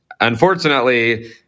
Unfortunately